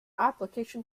application